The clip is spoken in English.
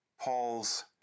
Paul's